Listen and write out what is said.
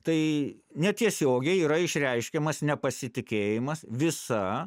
tai netiesiogiai yra išreiškiamas nepasitikėjimas visa